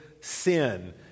sin